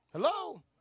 hello